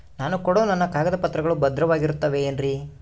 ನಾನು ಕೊಡೋ ನನ್ನ ಕಾಗದ ಪತ್ರಗಳು ಭದ್ರವಾಗಿರುತ್ತವೆ ಏನ್ರಿ?